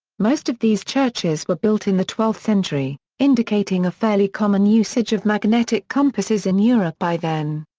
most of these churches were built in the twelfth century, indicating a fairly common usage of magnetic compasses in europe by then.